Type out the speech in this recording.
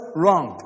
wrong